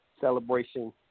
celebration